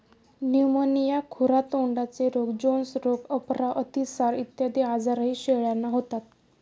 pneumonia, खुरा तोंडाचे रोग, जोन्स रोग, अपरा, अतिसार इत्यादी आजारही शेळ्यांना होतात